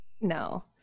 no